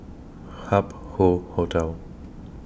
Hup Hoe Hotel